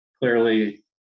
clearly